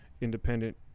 independent